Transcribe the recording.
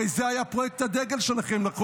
הרי זה היה פרויקט הדגל שלכם, נכון?